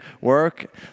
work